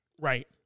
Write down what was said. Right